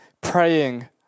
praying